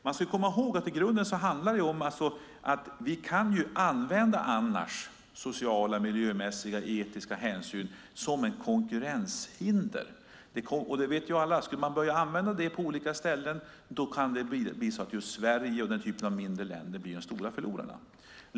Man ska komma ihåg att det i grunden handlar om att vi annars kan använda sociala, miljömässiga och etiska hänsyn som ett konkurrenshinder. Skulle man börja använda det på olika ställen kan Sverige och den typen av mindre länder bli de stora förlorarna.